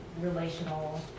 relational